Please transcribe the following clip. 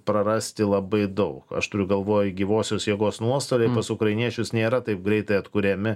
prarasti labai daug aš turiu galvoj gyvosios jėgos nuostoliai pas ukrainiečius nėra taip greitai atkuriami